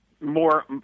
more